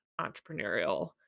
entrepreneurial